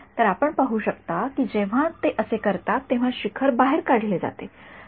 तर आपण पाहू शकता की जेव्हा ते असे करतात तेव्हा शिखर बाहेर काढले जातात